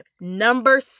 Number